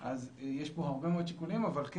יש פה הרבה מאוד שיקולים, כן